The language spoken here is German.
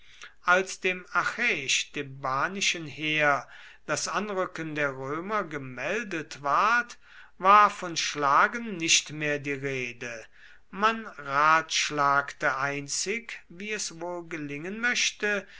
als dem achäisch thebanischen heer das anrücken der römer gemeldet ward war von schlagen nicht mehr die rede man ratschlagte einzig wie es wohl gelingen möchte